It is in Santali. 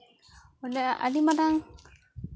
ᱚᱸᱰᱮ ᱟᱹᱰᱤ ᱢᱟᱨᱟᱝ